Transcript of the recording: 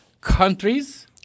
countries